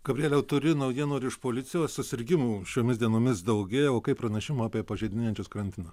gabrieliau turi naujienų ir iš policijos susirgimų šiomis dienomis daugėja o kaip pranešimų apie pažeidinėjančius karantiną